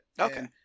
Okay